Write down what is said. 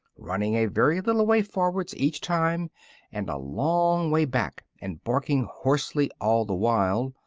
running a very little way forwards each time and a long way back, and barking hoarsely all the while,